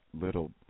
little